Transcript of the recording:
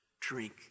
drink